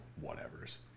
whatever's